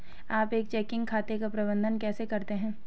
आप एक चेकिंग खाते का प्रबंधन कैसे करते हैं?